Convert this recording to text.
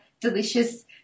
delicious